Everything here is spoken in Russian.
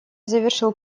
завершил